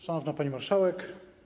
Szanowna Pani Marszałek!